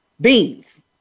beans